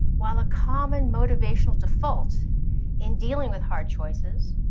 while a common motivational default in dealing with hard choices,